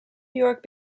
york